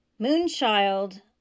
Moonchild